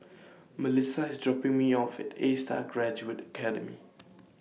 Mellisa IS dropping Me off At A STAR Graduate Academy